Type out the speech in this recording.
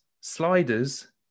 sliders